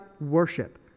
worship